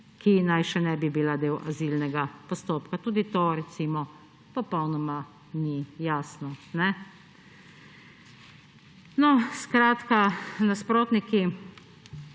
še naj ne bi bila del azilnega postopka. Tudi to, recimo, popolnoma ni jasno. Skratka, nasprotniki